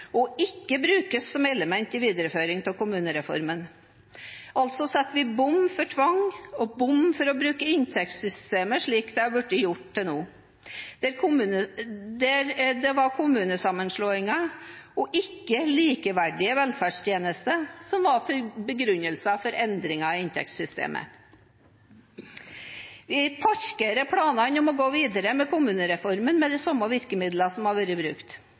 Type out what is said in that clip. og ikke brukes som element i videreføring av kommunereformen. Vi setter altså bom for tvang og bom for å bruke inntektssystemet slik det har vært gjort til nå, der det var kommunesammenslåingen og ikke likeverdige velferdstjenester som var begrunnelsen for endringer i inntektssystemet. Vi parkerer planene om å gå videre med kommunereformen med de samme virkemidlene som har vært brukt.